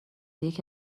یکی